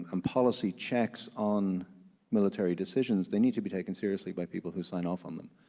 and policy checks on military decisions, they need to be taken seriously by people who sign off on them.